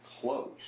close